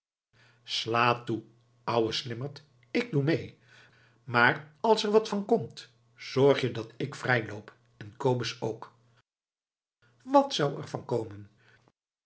sla toe ouwe slimmerd ik doe mee maar als er wat van komt zorg je dat ik vrijloop en kobus ook wat zou er van komen